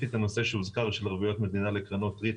ספציפית לנושא של ערבויות מדינה לקרנות ריט